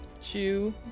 chew